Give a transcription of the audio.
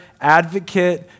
advocate